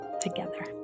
together